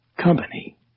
company